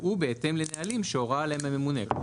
"ובהתאם לנהלים שהורה עליהם הממונה".